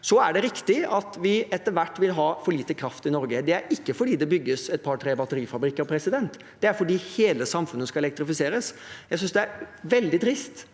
Det er riktig at vi etter hvert vil ha for lite kraft i Norge. Det er ikke fordi det bygges to–tre batterifabrikker, det er fordi hele samfunnet skal elektrifiseres. Jeg synes det er veldig trist